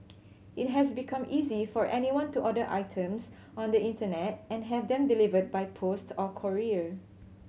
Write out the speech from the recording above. it has become easy for anyone to order items on the internet and have them delivered by post or courier